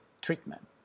treatment